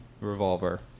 Revolver